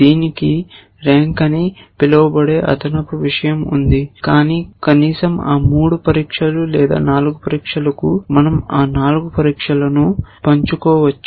దీనికి ర్యాంక్ అని పిలువబడే అదనపు విషయం ఉంది కానీ కనీసం ఆ 3 పరీక్షలు లేదా 4 పరీక్షలకు మనం ఆ 4 పరీక్షలను పంచుకోవచ్చు